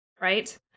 Right